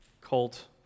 cult